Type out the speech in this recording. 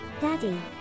daddy